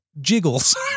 jiggles